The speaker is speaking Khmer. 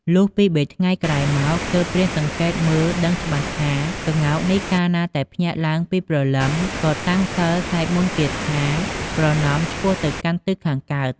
លុះពីរ បីថ្ងៃក្រោយមក ទើបព្រានសង្កេតមើលដឹងច្បាស់ថា ក្ងោកនេះកាលណាតែភ្ញាក់ឡើងពីព្រលឹមក៏តាំងសីលសែកមន្ដគាថា ប្រណម្យឆ្ពោះទៅកាន់ទិសខាងកើត។